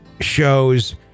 shows